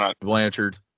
Blanchard